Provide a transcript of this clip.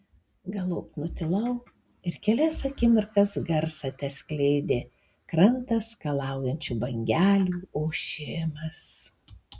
galop nutilau ir kelias akimirkas garsą teskleidė krantą skalaujančių bangelių ošimas